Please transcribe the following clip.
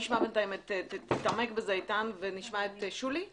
נשמע בינתיים את שולי אבני.